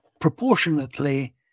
proportionately